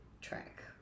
track